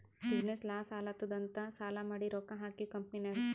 business loss ಆಲಾತ್ತುದ್ ಅಂತ್ ಸಾಲಾ ಮಾಡಿ ರೊಕ್ಕಾ ಹಾಕಿವ್ ಕಂಪನಿನಾಗ್